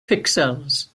pixels